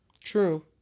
True